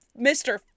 Mr